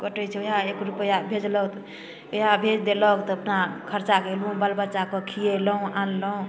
कटैत छै ओएह एक रुपआ भेजलक ओएह भेज देलक तऽ अपना खर्चा कयलहुँ बाल बच्चा कऽ खिएलहुँ आनलहुँ